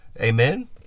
Amen